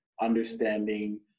understanding